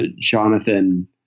Jonathan